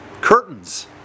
Curtains